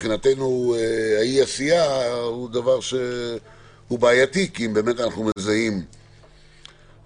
ומבחינתנו אי עשייה זה דבר שהוא בעייתי כי אם באמת אנחנו מזהים דליפה,